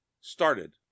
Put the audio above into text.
started